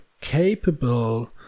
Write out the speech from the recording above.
capable